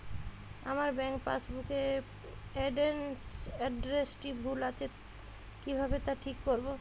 আমার bank passbook এর এড্রেসটি ভুল আছে কিভাবে তা ঠিক করবো?